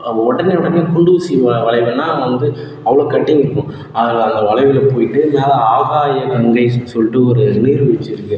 உடனே உடனே குண்டூசி மலை வளைவுள்ளனா வந்து அவ்வளோ கட்டிங் இருக்கும் அதில் அதில் வளைவில் போயிட்டு நேராக ஆகாய கங்கைன்னு சொல்லிகிட்டு ஒரு நீர்வீழ்ச்சிருக்கு